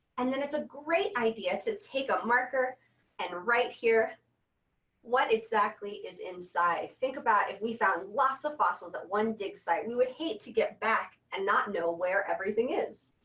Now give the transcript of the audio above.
and then it's a great idea to take a marker and write here what exactly is inside. think about if we found lots of fossils at one dig site. we would hate to get back and not know where everything is.